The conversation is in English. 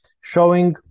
showing